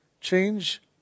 change